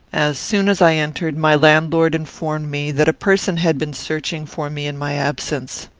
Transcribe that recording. as soon as i entered, my landlord informed me that a person had been searching for me in my absence.